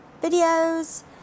videos